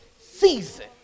season